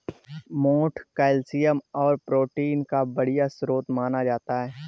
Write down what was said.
मोठ कैल्शियम और प्रोटीन का बढ़िया स्रोत माना जाता है